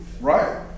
right